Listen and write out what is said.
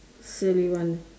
silly one